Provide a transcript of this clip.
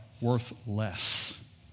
worthless